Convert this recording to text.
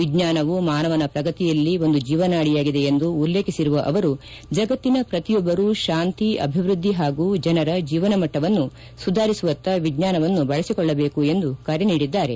ವಿಜ್ಞಾನವು ಮಾನವನ ಪ್ರಗತಿಯಲ್ಲಿ ಒಂದು ಜೀವನಾಡಿಯಾಗಿದೆ ಎಂದು ಉಲ್ಲೇಖಿಸಿರುವ ಅವರು ಜಗತ್ತಿನ ಪ್ರತಿಯೊಬ್ಬರೂ ಶಾಂತಿ ಅಭಿವ್ವದ್ದಿ ಹಾಗೂ ಜನರ ಜೀವನಮಟ್ಸವನ್ನು ಸುಧಾರಿಸುವತ್ತ ವಿಜ್ಞಾನವನ್ನು ಬಳಸಿಕೊಳ್ಳಬೇಕು ಎಂದು ಕರೆ ನೀಡಿದ್ದಾರೆ